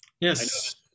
Yes